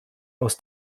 aus